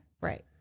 Right